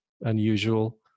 unusual